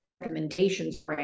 recommendations